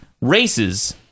races